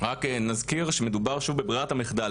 רק נזכיר שמדובר, שוב, בברירת המחדל.